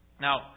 Now